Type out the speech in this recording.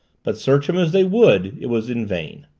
but search him as they would it was in vain.